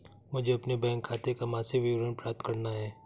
मुझे अपने बैंक खाते का मासिक विवरण प्राप्त करना है?